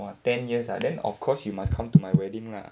!wah! ten years ah then of course you must come to my wedding lah